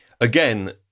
again